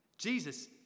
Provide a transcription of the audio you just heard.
Jesus